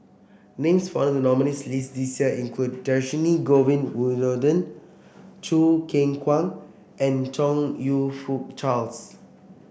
names found the nominees' list this year include Dhershini Govin Winodan Choo Keng Kwang and Chong You Fook Charles